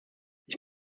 ich